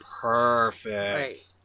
Perfect